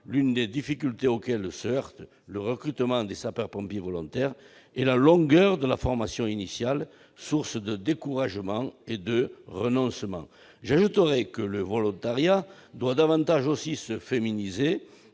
l'une des difficultés que pose le recrutement des sapeurs-pompiers volontaires est la longueur de la formation initiale, source de découragement et de renoncement. J'ajouterai que le volontariat doit davantage se féminiser